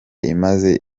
imaze